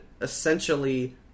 essentially